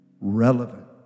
relevant